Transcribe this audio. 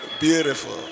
Beautiful